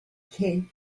kid